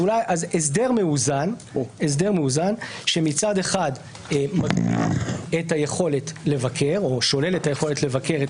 הסדר מאוזן משצד אחד מגביל את היכולת לבקר או שולל את היכולת לבקר את